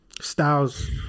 styles